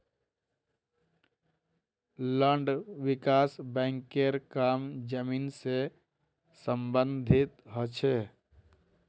land विकास बैंकेर काम जमीन से सम्बंधित ह छे